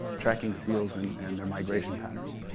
tracking seals and and their migration patterns.